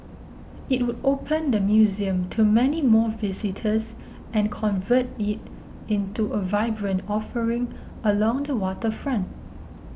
it would open the museum to many more visitors and convert it into a vibrant offering along the waterfront